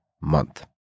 month